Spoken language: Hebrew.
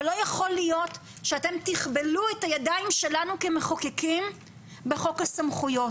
אבל לא יכול להיות שאתם תכבלו את הידיים שלנו כמחוקקים בחוק הסמכויות.